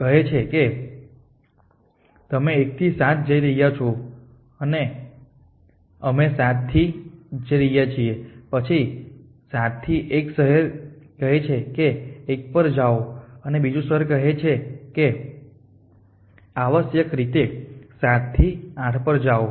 તેથી તે કહે છે કે તમે 1 થી 7 જઈ રહ્યા છો અમે 7 થી જઈ રહ્યા છીએ પછી 7 થી એક શહેર કહે છે કે 1 પર જાઓ અને બીજું શહેર કહે છે કે આવશ્યકરીતે 7 થી 8 પર જાઓ